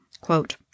quote